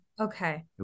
Okay